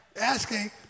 asking